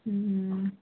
ہوں